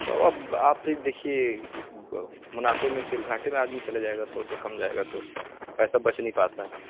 سو اب آپ پھر دیکھیے منافع میں پھر گھاٹے میں آدمی چلے جائے گا سو سے کم جائے گا تو پیسہ بچ نہیں پاتا ہے